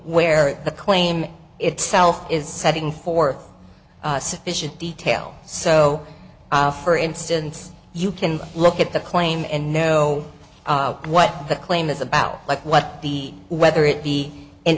where the claim itself is setting forth sufficient detail so for instance you can look at the claim and know what the claim is about like what the whether it be an